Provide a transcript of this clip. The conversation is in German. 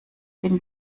bin